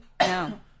No